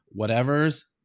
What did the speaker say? whatevers